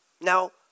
Now